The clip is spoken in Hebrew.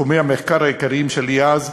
תחומי המחקר העיקריים שלי אז,